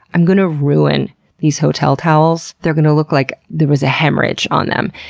i'm going to ruin these hotel towels. they're going to look like there was a hemorrhage on them.